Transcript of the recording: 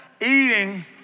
eating